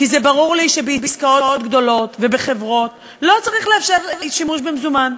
כי ברור לי שבעסקאות גדולות ובחברות לא צריך לאפשר שימוש במזומן,